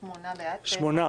בעד שמונה.